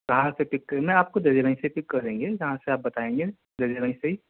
کہاں سے پک کرنا ہے آپ کو دریا گنج سے پک کریں گے جہاں سے آپ بتائیں گے دریا گنج سے ہی